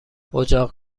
اجاق